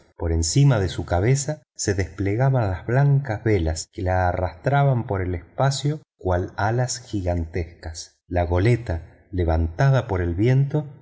por encima de su cabeza se desplegaban las blancas velas que la arrastraban por el espacio cual alas gigantescas la goleta levantada por el viento